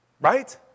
right